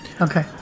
Okay